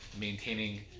maintaining